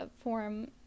form